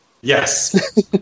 Yes